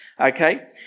okay